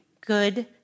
good